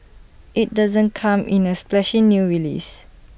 IT doesn't come in A splashy new release